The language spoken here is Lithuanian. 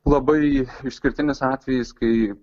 labai išskirtinis atvejis kai